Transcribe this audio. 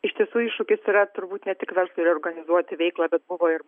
iš tiesų iššūkis yra turbūt ne tik verslui organizuoti veiklą bet buvo ir